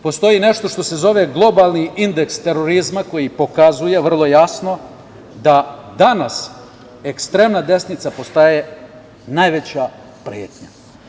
Postoji nešto što se zove globalni indeks terorizma, koji pokazuje vrlo jasno da danas ekstremna desnica postaje najveća pretnja.